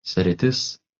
sritis